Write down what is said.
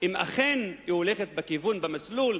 אם היא אכן הולכת בכיוון, במסלול,